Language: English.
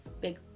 big